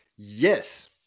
Yes